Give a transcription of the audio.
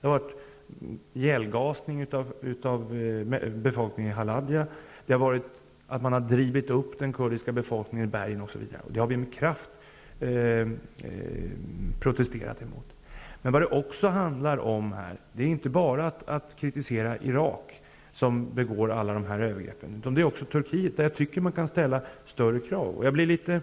Det har varit ihjälgasningen av befolkningen i Halabja, det har varit att man har drivit upp människor i bergen, osv. Det har vi med kraft protesterat mot. Vad det också handlar om här är inte bara att kritisera Irak, som begår alla de här övergreppen, utan också Turkiet som jag tycker att man kan ställa större krav på. Jag blir